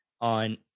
on